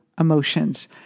Emotions